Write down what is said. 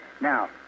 Now